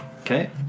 Okay